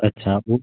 अच्छा पोइ